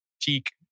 cheek